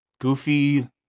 Goofy